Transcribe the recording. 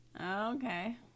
Okay